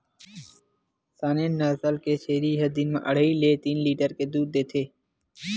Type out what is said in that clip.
Saanen नसल के छेरी ह दिन म अड़हई ले तीन लीटर तक दूद देथे